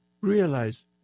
realize